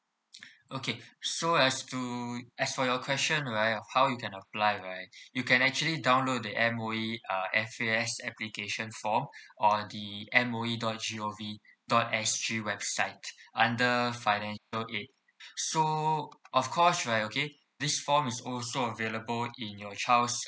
okay so as to as for your question right of how you can apply right you can actually download the M_O_E uh F_A_S application form on the M O E dot G O V dot S G website under financial aid so of course right okay this form is also available in your child's